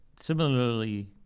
similarly